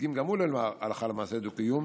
ומדגים גם הוא הלכה למעשה דו-קיום.